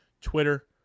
Twitter